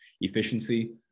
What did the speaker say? efficiency